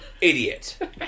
Idiot